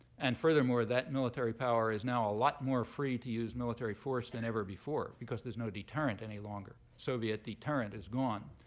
and furthermore, that military power is now a lot more free to use military force than ever before because there's no deterrent any longer. soviet deterrent is gone.